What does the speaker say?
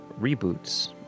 reboots